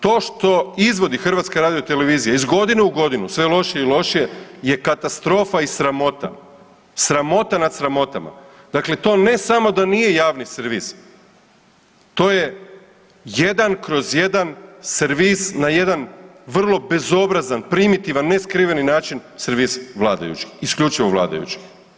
To što izvodi HRT iz godine u godinu, sve lošije i lošije je katastrofa i sramota, sramota nad sramotama, dakle to ne samo da nije javni servis, to je 1/1 servis na jedan vrlo bezobrazan primitivan neskriveni način servis vladajućih, isključivo vladajućih.